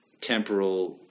temporal